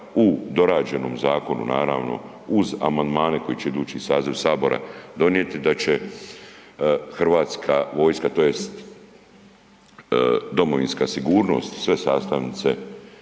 u dorađenom zakonu naravno, uz amandmane koji će idući saziv Sabora donijeti, da će hrvatska vojska tj. domovinska sigurnosti i sve sastavnice